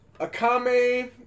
akame